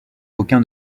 aucun